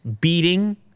beating